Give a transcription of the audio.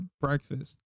breakfast